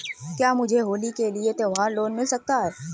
क्या मुझे होली के लिए त्यौहार लोंन मिल सकता है?